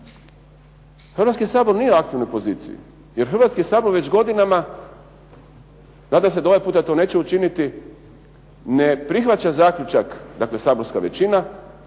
Hrvatski sabor nije u aktivnoj poziciji, jer Hrvatski sabor već godinama, nadam se da ovaj puta to neće učiniti, ne prihvaća zaključak, dakle saborska većina,